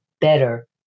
better